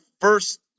first